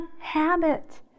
habit